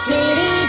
City